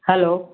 hello